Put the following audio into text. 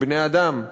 כבני-אדם,